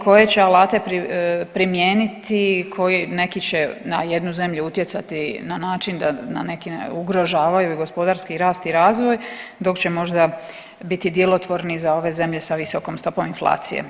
Koje će alate primijeniti, koji, neki će na jednu zemlju utjecati na način da na, ugrožavaju gospodarski rast i razvoj dok će možda biti djelotvorni za ove zemlje sa visokom stopom inflacije.